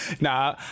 Nah